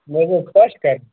مےٚ حظ اوس پَش کَرٕنۍ